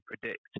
predict